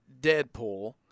Deadpool